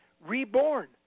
reborn